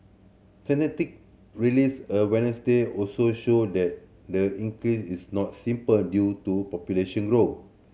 statistic released on Wednesday also showed that the increase is not simply due to population grow